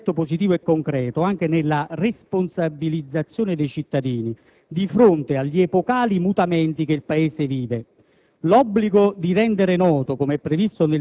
Le liberalizzazioni possono avere un effetto positivo e concreto anche nella responsabilizzazione dei cittadini di fronte agli epocali mutamenti che il Paese vive.